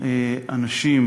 אנשים